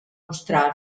mostrar